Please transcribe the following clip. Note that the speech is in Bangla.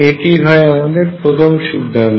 এটি হয় আমাদের প্রথম সিদ্ধান্ত